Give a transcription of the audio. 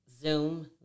Zoom